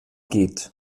geht